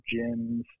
gyms